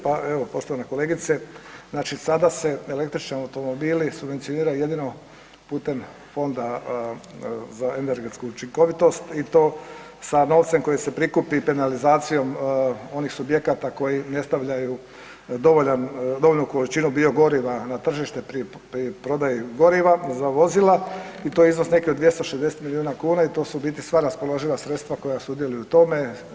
Pa evo poštovana kolegice, znači sada se električni automobili subvencioniraju jedino putem Fonda za energetsku učinkovitost i to sa novcem koji se prikupi penalizacijom onih subjekata koji ne stavljaju dovoljnu količinu biogoriva na tržište pri prodaji goriva za vozila i to je iznos neki od 260 milijuna kuna i to su u biti sva raspoloživa sredstva koja sudjeluju u tome.